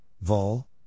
Vol